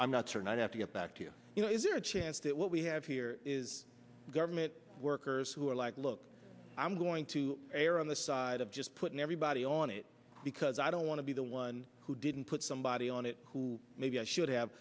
i'm not certain i'd have to get back to you you know is there a chance that what we have here is government workers who are like look i'm going to err on the side of just putting everybody on it because i don't want to be the one who didn't put somebody on it who maybe i should have